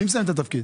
מי מסיים את התפקיד?